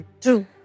True